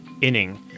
Inning